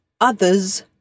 others